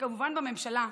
וכמובן בממשלה,